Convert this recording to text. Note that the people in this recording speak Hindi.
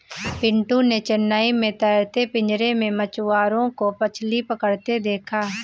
पिंटू ने चेन्नई में तैरते पिंजरे में मछुआरों को मछली पकड़ते देखा